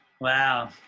Wow